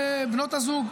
בנות הזוג.